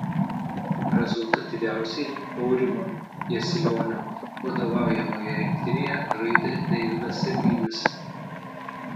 rezultatyviausiai aurimo jasilionio vadovaujamoje rinktinėje žaidė deividas sirvydis